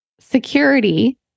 security